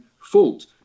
fault